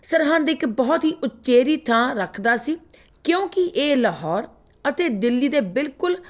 ਸਰਹੰਦ ਇੱਕ ਬਹੁਤ ਹੀ ਉਚੇਰੀ ਥਾਂ ਰੱਖਦਾ ਸੀ ਕਿਉਂਕਿ ਇਹ ਲਾਹੌਰ ਅਤੇ ਦਿੱਲੀ ਦੇ ਬਿਲਕੁਲ